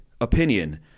opinion